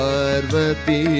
Parvati